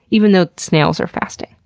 even though snails are fasting.